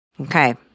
Okay